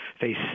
face